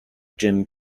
gym